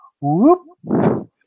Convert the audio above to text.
Whoop